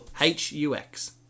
H-U-X